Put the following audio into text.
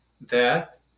that-